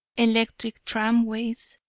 electric tramways,